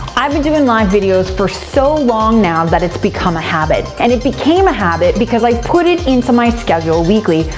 i've been doing live videos for so long now that it's become a habit, and it became a habit because i put it into my schedule weekly,